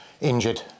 injured